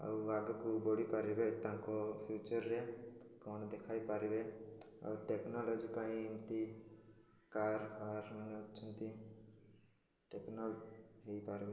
ଆଉ ଆଗକୁ ବଢ଼ି ପାରିବେ ତାଙ୍କ ଫ୍ୟୁଚରରେ କଣ ଦେଖାଇ ପାରିବେ ଆଉ ଟେକ୍ନୋଲୋଜି ପାଇଁ ଏମିତି କାର୍ ଫାର୍ ଅଛନ୍ତି ଟେକ୍ନୋଲ ହେଇପାରିବ